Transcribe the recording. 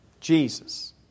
Jesus